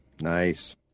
Nice